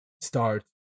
start